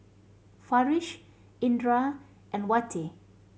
Farish Indra and Wati